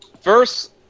first